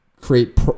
create